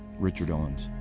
richard owens.